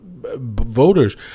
voters